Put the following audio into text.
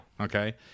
Okay